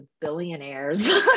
billionaire's